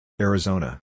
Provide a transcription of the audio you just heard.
Arizona